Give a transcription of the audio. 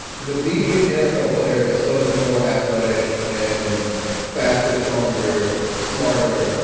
the median nfl player is so much more athletic and faster, stronger, smarter,